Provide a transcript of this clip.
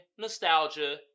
Nostalgia